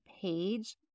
Page